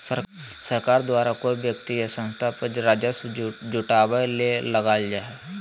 सरकार द्वारा कोय व्यक्ति या संस्था पर राजस्व जुटावय ले लगाल जा हइ